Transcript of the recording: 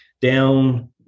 down